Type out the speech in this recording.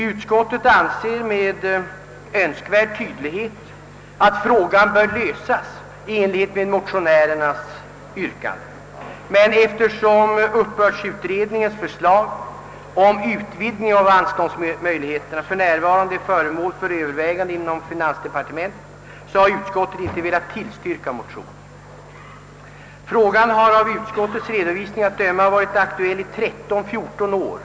Utskottet framhåller med all önskvärd tydlighet att frågan bör lösas i enlighet med motionärernas yrkande, men eftersom uppbördsutredningens förslag om utvidgning av anståndsmöjligheterna för närvarande är föremål för övervägande i finansdepartementet har utskottet inte velat tillstyrka bifall till motionen. Frågan har av utskottets redovisning att döma varit aktuell i 13 —L14 år.